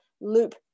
loop